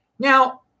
Now